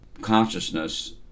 consciousness